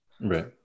Right